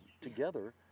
together